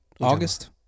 August